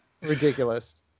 Ridiculous